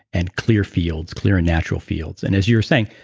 and clear fields, clear and natural fields. and as you were saying,